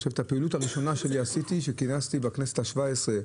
הפעילות הראשונה שלי עשיתי כשכינסתי בכנסת ה-17,